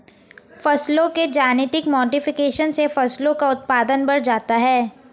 फसलों के genetic modification से फसलों का उत्पादन बढ़ जाता है